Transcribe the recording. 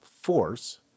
force